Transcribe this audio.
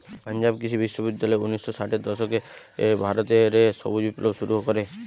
পাঞ্জাব কৃষি বিশ্ববিদ্যালয় উনিশ শ ষাটের দশকে ভারত রে সবুজ বিপ্লব শুরু করে